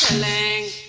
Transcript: may